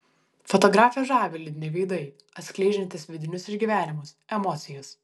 fotografę žavi liūdni veidai atskleidžiantys vidinius išgyvenimus emocijas